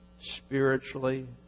spiritually